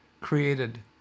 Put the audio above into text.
created